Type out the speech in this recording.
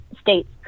states